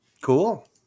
Cool